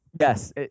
Yes